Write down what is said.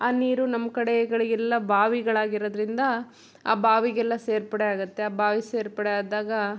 ಆ ನೀರು ನಮ್ಮ ಕಡೆಗಳಿಗೆಲ್ಲ ಬಾವಿಗಳಾಗಿರೋದ್ರಿಂದ ಆ ಬಾವಿಗೆಲ್ಲ ಸೇರ್ಪಡೆ ಆಗುತ್ತೆ ಆ ಬಾವಿ ಸೇರ್ಪಡೆ ಆದಾಗ